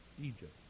Egypt